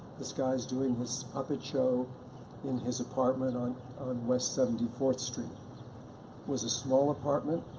this guy's doing his puppet show in his apartment on on west seventy fourth street. it was a small apartment,